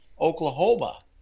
Oklahoma